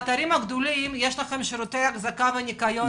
בתארים הגדולים יש שירותי אחזקה וניקיון,